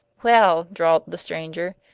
well, drawled the stranger,